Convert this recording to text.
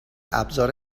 ابزار